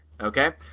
Okay